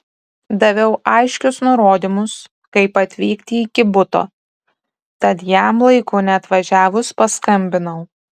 daviau aiškius nurodymus kaip atvykti iki buto tad jam laiku neatvažiavus paskambinau